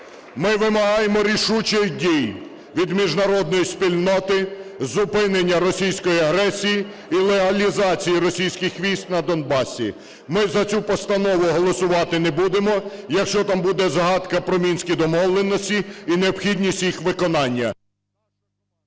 Ми вимагаємо рішучих дій від міжнародної спільноти, зупинення російської агресії і легалізацію російських військ на Донбасі. Ми за цю постанову голосувати не будемо, якщо там буде згадка про Мінські домовленості і необхідність їх виконання.